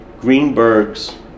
Greenberg's